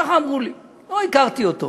ככה אמרו לי, לא הכרתי אותו.